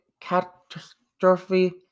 catastrophe